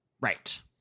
Right